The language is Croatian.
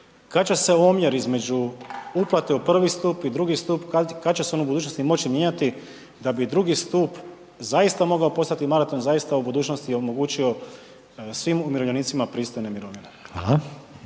Kad će se omjer između uplate u I. stup i II. stup, kad će se on u budućnosti moći mijenjati da bi II. stup zaista mogao postati maraton zaista u budućnosti i omogućio svim umirovljenicima pristojne mirovine?